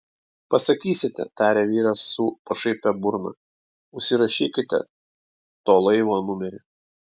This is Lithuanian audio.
pasakysite tarė vyras su pašaipia burna užsirašykite to laivo numerį